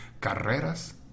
carreras